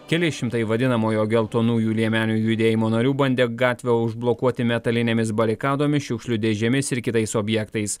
keli šimtai vadinamojo geltonųjų liemenių judėjimo narių bandė gatvę užblokuoti metalinėmis barikadomis šiukšlių dėžėmis ir kitais objektais